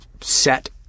set